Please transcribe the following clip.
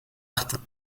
martin